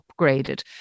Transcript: upgraded